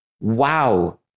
Wow